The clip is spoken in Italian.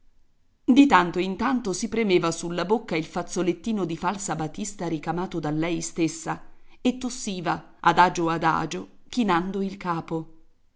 di tanto in tanto si premeva sulla bocca il fazzolettino di falsa batista ricamato da lei stessa e tossiva adagio adagio chinando il capo